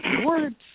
words